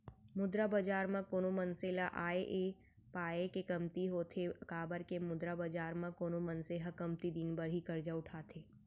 मुद्रा बजार म कोनो मनसे ल आय ऐ पाय के कमती होथे काबर के मुद्रा बजार म कोनो मनसे ह कमती दिन बर ही करजा उठाथे